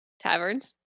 Taverns